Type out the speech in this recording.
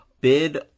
bid